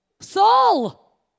Saul